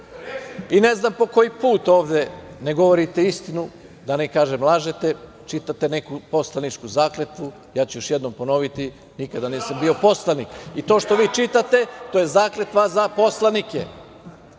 I ne znam po koji put ovde ne govorite istinu, da ne kažem lažete, čitate neku poslaničku zakletvu. Ja ću još jednom ponoviti, nikada nisam bio poslanik. I to što vi čitate, to je zakletva za poslanike. Ako